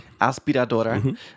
Aspiradora